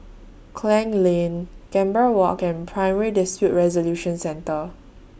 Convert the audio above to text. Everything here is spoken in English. Klang Lane Gambir Walk and Primary Dispute Resolution Centre